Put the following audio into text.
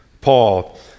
Paul